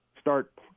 start